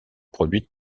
produite